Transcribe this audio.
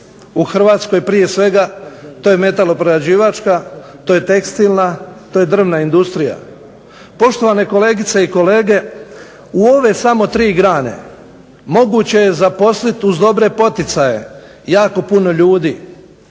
u Hrvatskoj prije svega, to je metaloprerađivačka, to je tekstilna, to je drvna industrija. Poštovane kolegice i kolege, u samo ove tri grane moguće je zaposliti uz dobre poticaje jako puno ljudi,